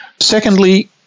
Secondly